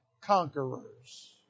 conquerors